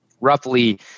roughly